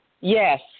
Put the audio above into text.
Yes